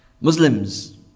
Muslims